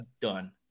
done